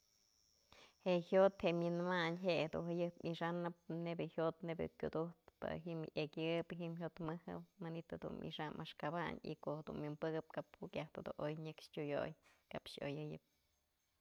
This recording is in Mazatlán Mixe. Je'e jyot je'e wi'inmadyë je'e jedun jayëp mixanëp neyb je'e jyot nebyë je kyudujtë pa ji'im yekyë, pa ji'im jyotmëjë manytë dun i'ixan axkabanyë y ko'o jedun wi'inpëkëp kap jukyajtë dun nyëkxë ti'uyoy kap i'oyëyëp.